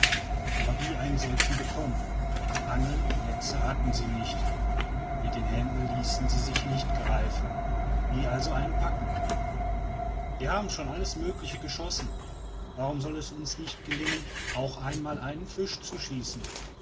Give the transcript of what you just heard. aber wie einen solchen bekommen angeln und netze hatten sie nicht mit den händen ließen sie sich nicht greifen wie also einen packen wir haben schon alles mögliche geschossen warum soll es uns nicht gelingen auch einmal einen fisch zu schießen